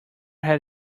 had